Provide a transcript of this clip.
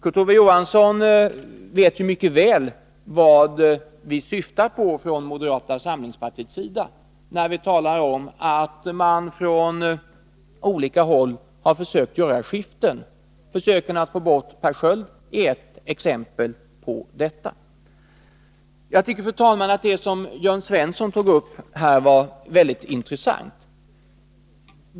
Kurt Ove Johansson vet mycket väl vad vi från moderata samlingspartiets sida syftar på när vi talar om att man från olika håll har försökt åstadkomma skiften — försöket att få bort Per Sköld är ett exempel på detta. Jag tycker, fru talman, att det som Jörn Svensson här tog upp var mycket intressant.